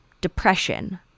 depression